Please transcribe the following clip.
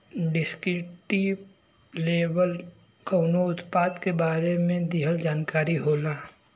descriptive label कउनो उत्पाद के बारे में दिहल जानकारी होला